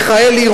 מיכאלי,